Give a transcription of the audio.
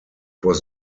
was